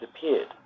disappeared